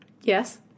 Yes